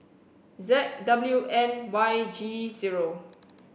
Z W N Y G zero